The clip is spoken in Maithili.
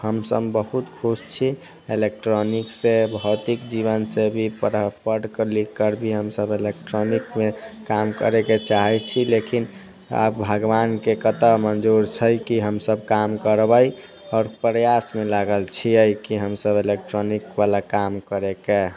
हमसब बहुत खुश छी इलेक्ट्रॉनिकसँ भौतिक जीवन से भी पढ़ि लिखि कर भी हमसब इलेक्ट्रॉनिकमे काम करेके चाहै छी लेकिन अब भगवानके कतऽ मञ्जूर छै कि हमसब काम करबै आओर प्रयासमे लागल छियै कि हमसब इलेक्ट्रॉनिकवला काम करिके